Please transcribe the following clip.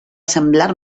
semblar